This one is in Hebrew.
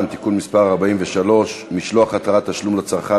(תיקון מס' 43) (משלוח התראת תשלום לצרכן),